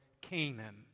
Canaan